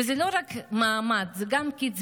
וזה לא רק מעמד, זו גם קצבה.